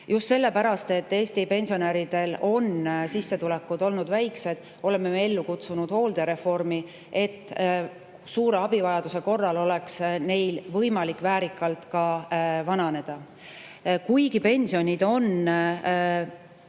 sellepärast, et Eesti pensionäridel on sissetulekud olnud väikesed, oleme ellu kutsunud hooldereformi, et suure abivajaduse korral oleks neil võimalik väärikalt vananeda. Kuigi pensionid on